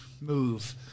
move